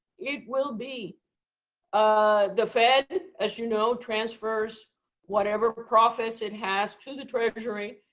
it will be ah the fed, as you know, transfers whatever profits it has to the treasury.